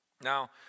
Now